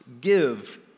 Give